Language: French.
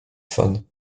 fans